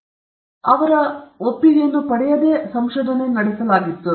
ಯಾವುದೇ ಮಾಹಿತಿಯನ್ನು ನೀಡಲಾಗಿಲ್ಲ ಮತ್ತು ಯಾವುದೇ ಒಪ್ಪಿಗೆಯನ್ನು ಪಡೆಯಲಿಲ್ಲ